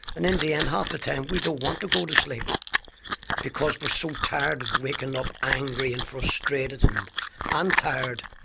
and in the end, half the time, we don't want to to go to sleep because we're so tired of waking up angry and frustrated, and. i'm tired.